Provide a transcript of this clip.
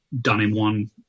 done-in-one